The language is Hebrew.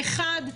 אחד,